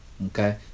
Okay